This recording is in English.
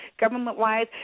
government-wise